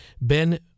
Ben